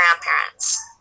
grandparents